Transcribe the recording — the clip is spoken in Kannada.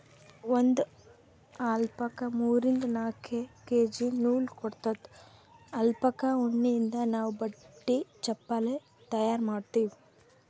ಒಂದ್ ಅಲ್ಪಕಾ ಮೂರಿಂದ್ ನಾಕ್ ಕೆ.ಜಿ ನೂಲ್ ಕೊಡತ್ತದ್ ಅಲ್ಪಕಾ ಉಣ್ಣಿಯಿಂದ್ ನಾವ್ ಬಟ್ಟಿ ಚಪಲಿ ತಯಾರ್ ಮಾಡ್ತೀವಿ